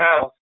house